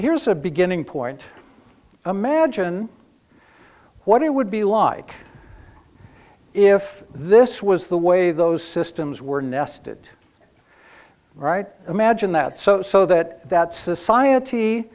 here's a beginning point imagine what it would be like if this was the way those systems were nested right imagine that so so that that society